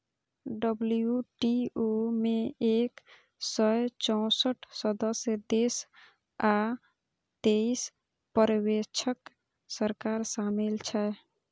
WTO मे एक सय चौंसठ सदस्य देश आ तेइस पर्यवेक्षक सरकार शामिल छै